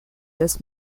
this